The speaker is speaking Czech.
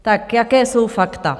Tak jaká jsou fakta?